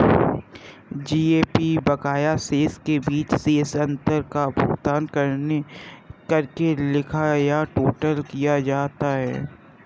GAP बकाया शेष के बीच शेष अंतर का भुगतान करके लिखा या टोटल किया जाता है